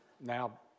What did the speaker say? Now